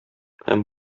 һәм